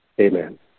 Amen